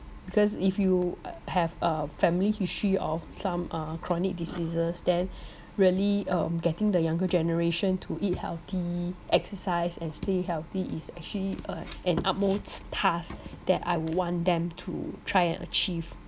because if you have a family history of some uh chronic diseases than really um getting the younger generation to eat healthy exercise and stay healthy is actually uh an utmost task that I would want them to try and achieve